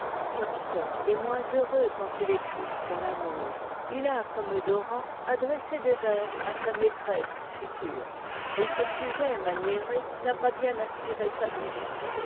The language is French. klopstock est moins heureux quand il écrit sur l'amour il a comme dorat adressé des vers à sa km reme mre et ce sujet maniéré n'a pas bien inspiré sa muse